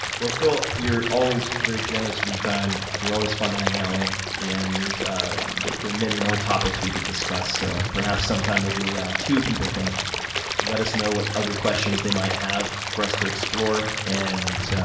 well, phil, you're always very generous with your time. you're always fun to hang out with. and there are many more topics we could discuss. so perhaps, sometime, we'll do a round two. people can let us know what other questions they might have for us to explore. and